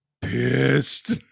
pissed